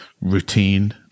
routine